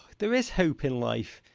there is hope in life,